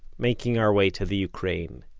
making our way to the ukraine.